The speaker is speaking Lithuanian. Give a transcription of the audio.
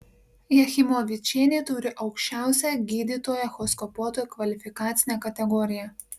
jachimovičienė turi aukščiausią gydytojo echoskopuotojo kvalifikacinę kategoriją